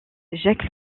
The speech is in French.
jacques